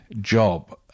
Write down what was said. job